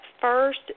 first